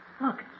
Look